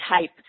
type